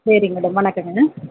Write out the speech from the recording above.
சரி மேடம் வணக்கங்க